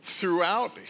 Throughout